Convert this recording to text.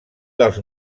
dels